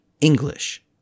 English